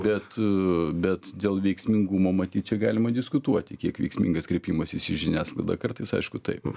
bet bet dėl veiksmingumo matyt čia galima diskutuoti kiek veiksmingas kreipimasis į žiniasklaidą kartais aišku taip